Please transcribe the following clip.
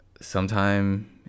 sometime